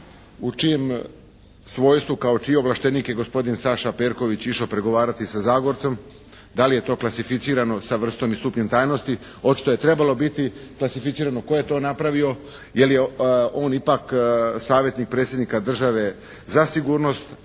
u čijem svojstvu kao čiji ovlaštenik je gospodin Saša Perković išao pregovarati sa Zagorcom. Da li je to klasificirano sa vrstom i stupnjem tajnosti. Očito je trebalo biti klasificirano tko je to napravio, jer je on ipak savjetnik Predsjednika države za sigurnost,